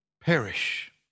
perish